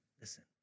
Listen